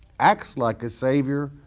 acts like a savior,